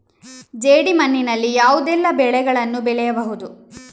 ಜೇಡಿ ಮಣ್ಣಿನಲ್ಲಿ ಯಾವುದೆಲ್ಲ ಬೆಳೆಗಳನ್ನು ಬೆಳೆಯಬಹುದು?